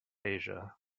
asia